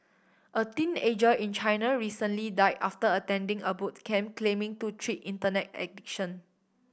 a teenager in China recently died after attending a boot camp claiming to treat Internet addiction